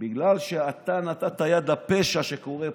בגלל שאתה נתת יד לפשע שקורה פה.